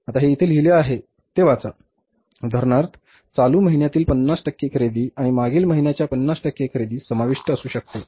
आता हे इथे लिहिले आहे ते वाचा उदाहरणार्थ चालू महिन्यातील 50 टक्के खरेदी आणि मागील महिन्यांच्या 50 टक्के खरेदी समाविष्ट असू शकते